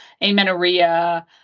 amenorrhea